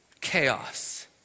Chaos